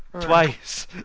Twice